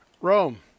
Rome